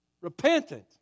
repentant